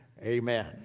Amen